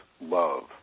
love